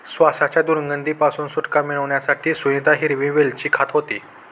श्वासाच्या दुर्गंधी पासून सुटका मिळवण्यासाठी सुनीता हिरवी वेलची खात होती